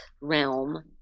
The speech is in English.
realm